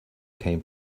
came